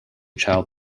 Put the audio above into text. child